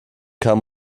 kann